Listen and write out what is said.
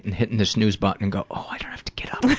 and hitting the snooze button, going, oh, i don't have to get up